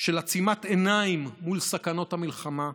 של עצימת עיניים מול סכנות המלחמה,